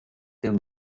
tym